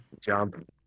jump